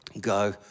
go